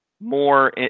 more